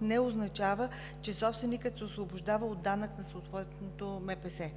не означава, че собственикът се освобождава от данък на съответното МПС.